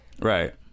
Right